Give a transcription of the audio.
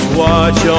watch